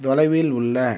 தொலைவில் உள்ள